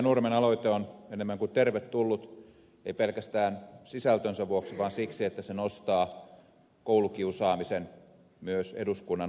nurmen aloite on enemmän kuin tervetullut ei pelkästään sisältönsä vuoksi vaan siksi että se nostaa koulukiusaamisen myös eduskunnan asialistalle